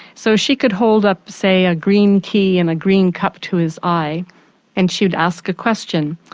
so she could hold up say a green key and a green cup to his eye and she'd ask a question.